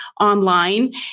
online